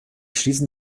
schließen